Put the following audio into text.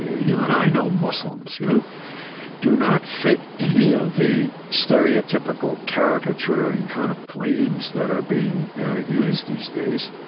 you and i know muslims who do not fit any of the stereotypical caricaturing kind of claims that are being used these days.